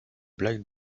black